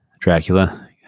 Dracula